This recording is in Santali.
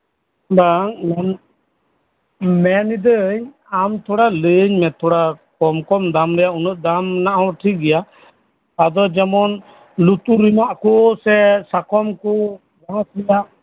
ᱵᱟᱝ ᱢᱮᱱᱤᱫᱟᱹᱧ ᱟᱢ ᱛᱷᱚᱲᱟ ᱞᱟᱹᱭᱟᱹᱧ ᱢᱮ ᱛᱷᱚᱲᱟ ᱠᱚᱢᱼᱠᱚᱢ ᱫᱟᱢ ᱨᱮᱱᱟᱜ ᱩᱱᱟᱹᱜ ᱫᱟᱢ ᱨᱮᱱᱟᱜ ᱦᱚᱸ ᱴᱷᱤᱠᱜᱮᱟ ᱟᱫᱚ ᱡᱮᱢᱚᱱ ᱞᱩᱛᱩᱨ ᱨᱮᱱᱟᱜ ᱠᱮ ᱥᱟᱠᱚᱢ ᱠᱚ ᱵᱟᱦᱟ ᱥᱤᱫ ᱟᱜ